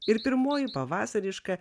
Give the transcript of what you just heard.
ir pirmoji pavasariška